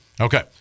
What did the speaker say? Okay